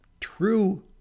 true